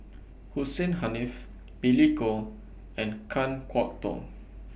Hussein Haniff Billy Koh and Kan Kwok Toh